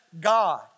God